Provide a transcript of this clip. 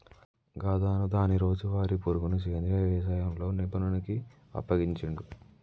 గాతను దాని రోజువారీ పరుగును సెంద్రీయ యవసాయంలో నిపుణుడికి అప్పగించిండు